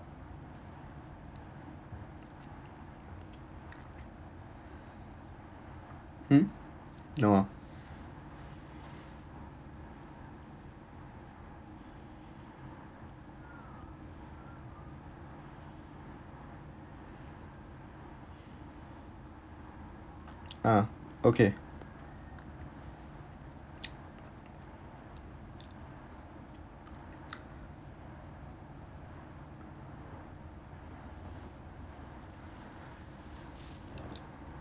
hmm no ah uh okay